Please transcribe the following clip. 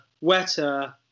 wetter